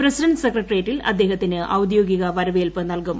president's സെക്രട്ടേറിയറ്റിൽ അദ്ദേഹത്തിന് ഔദ്യോഗിക വരവേൽപ് നൽകും